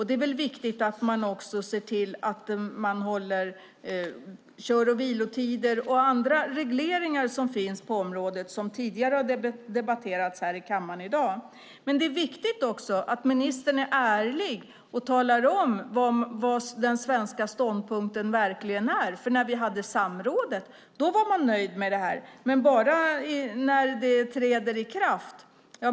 Det är väl viktigt att också följa kör och vilotider och andra regleringar som finns på området, som har debatterats i kammaren tidigare i dag. Det är också viktigt att ministern är ärlig och talar om vad den svenska ståndpunkten verkligen är. När vi hade samrådet var man nöjd med detta, men bara i fråga om när det träder i kraft.